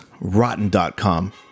Rotten.com